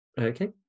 okay